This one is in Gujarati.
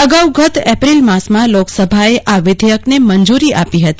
અગાઉ ગત એપ્રિલ માસમાં લોકસભાએ આ વિધેયકને મંજૂરી આપી હતી